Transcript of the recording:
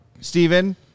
Stephen